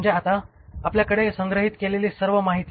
म्हणजे आता आपल्याकडे संग्रहित केलेली सर्व माहिती